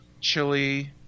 chili